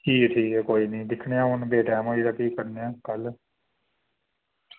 ठीक ऐ ठीक ऐ कोई निं हून इंया बे टैमां होई दा फ्ही करने आं कल्ल